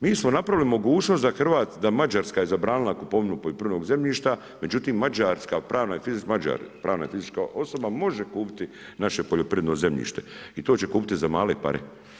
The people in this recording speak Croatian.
Mi smo napravili mogućnost da Mađarska je zabranila kupovinu poljoprivrednog zemljišta, međutim mađarska Mađar pravna i fizička osoba može kupiti naše poljoprivredno zemljište i to će kupiti za male pare.